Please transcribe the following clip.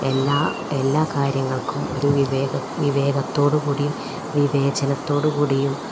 എല്ലാ എല്ലാ കാര്യങ്ങൾക്കും ഒരു വിവേകത്തോടുകൂടിയും വിവേചനത്തോടുകൂടിയും